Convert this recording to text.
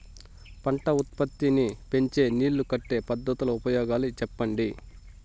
పంట ఉత్పత్తి నీ పెంచే నీళ్లు కట్టే పద్ధతుల ఉపయోగాలు చెప్పండి?